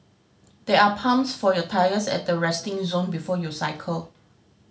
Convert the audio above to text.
there are pumps for your tyres at the resting zone before you cycle